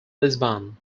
lisbon